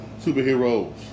Superheroes